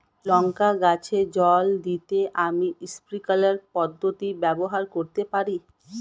লঙ্কা গাছে জল দিতে আমি স্প্রিংকলার পদ্ধতি ব্যবহার করতে পারি?